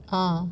ah